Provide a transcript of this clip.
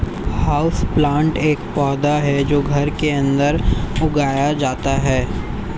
houseplant एक पौधा है जो घर के अंदर उगाया जाता है